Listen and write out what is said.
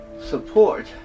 support